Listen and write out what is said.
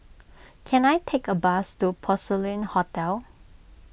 can I take a bus to Porcelain Hotel